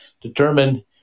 determine –